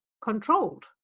controlled